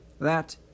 That